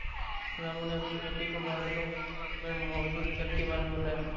रामू ने अपनी बेटी को बादलों में मौजूद जल के बारे में बताया